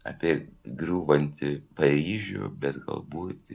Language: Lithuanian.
apie griūvantį paryžių bet galbūt